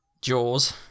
Jaws